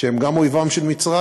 שהם גם אויבים של מצרים,